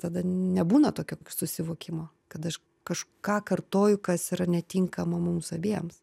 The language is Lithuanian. tada nebūna tokio susivokimo kad aš kažką kartoju kas yra netinkamo mums abiems